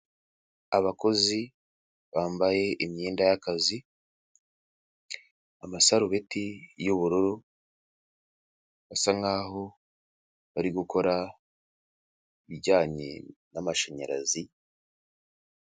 Abakozi bambaye imyenda y'akazi, amasarubeti y'ubururu basa nkaho bari gukora ibijyanye n'amashanyarazi.